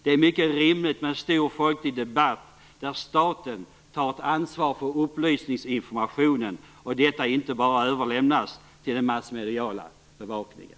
Det är mycket rimligt med en stor folklig debatt i vilken staten tar ett ansvar för upplysningsinformationen och inte bara överlämnar detta till den massmediala bevakningen.